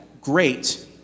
great